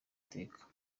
iteka